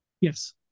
yes